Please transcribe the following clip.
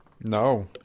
No